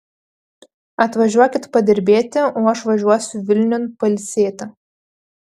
atvažiuokit padirbėti o aš važiuosiu vilniun pailsėti